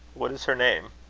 what is her name?